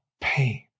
pain